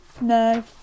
no